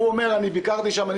הוא אומר: "אני ביקרתי שם".